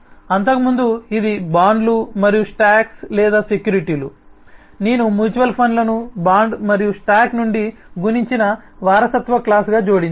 అంతకుముందు ఇది బాండ్లు మరియు స్టాక్స్ లేదా సెక్యూరిటీలు నేను మ్యూచువల్ ఫండ్లను బాండ్ మరియు స్టాక్ నుండి గుణించిన వారసత్వక్లాస్ గా జోడించాను